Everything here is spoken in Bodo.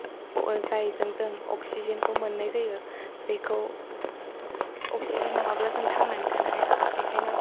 जायजों जों अक्सिजेनखौ मोननाय जायो बेखौ अक्सिजेन नङाब्ला जों थांनानै थानो हाया बेखायनो